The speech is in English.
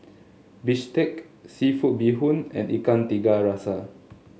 bistake seafood Bee Hoon and Ikan Tiga Rasa